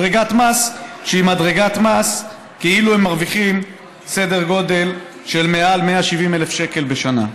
מדרגת מס שהיא כאילו הם מרוויחים סדר גודל של מעל 170,000 שקל בשנה,